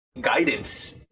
guidance